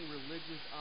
religious